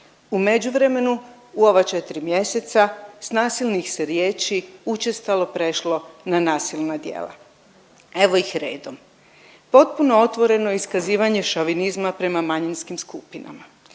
U međuvremenu u ova četri mjeseca s nasilnih se riječi učestalo prešlo na nasilna djela. Evo ih redom, potpuno otvoreno iskazivanje šovinizma prema manjinskim skupinama,